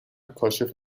کاشف